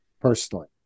personally